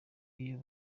iyo